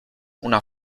una